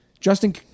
Justin